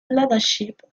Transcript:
leadership